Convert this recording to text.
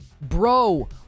Bro